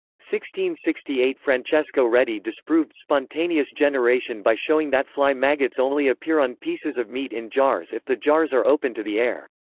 sixty sixty eight francesco redi disproved spontaneous generation by showing that fly maggots only appear on pieces of meat in jars if the jars are open to the air.